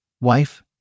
Wife